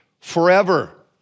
forever